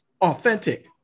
authentic